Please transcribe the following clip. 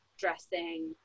dressing